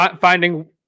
Finding